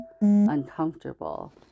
uncomfortable